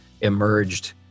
emerged